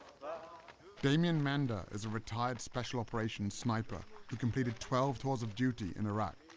damien mander is a retired special operations sniper who completed twelve tours of duty in iraq.